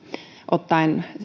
ottaen